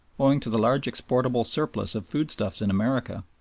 owing to the large exportable surplus of foodstuffs in america,